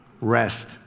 rest